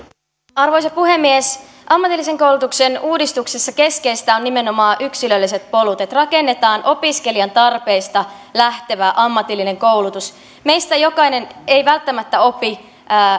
arvoisa puhemies ammatillisen koulutuksen uudistuksessa keskeistä on nimenomaan yksilölliset polut se että rakennetaan opiskelijan tarpeista lähtevä ammatillinen koulutus meistä jokainen ei välttämättä opi